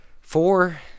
Four